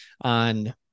on